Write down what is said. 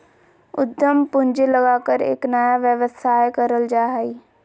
उद्यम पूंजी लगाकर एक नया व्यवसाय करल जा हइ